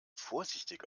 vorsichtig